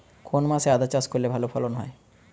কোন মাসে আদা চাষ করলে ভালো ফলন হয়?